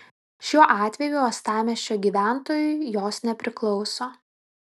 šiuo atveju uostamiesčio gyventojui jos nepriklauso